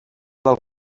del